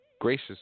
Gracious